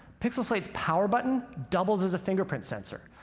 pixel slate's power button doubles as a fingerprint sensor,